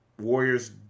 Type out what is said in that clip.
Warriors